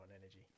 energy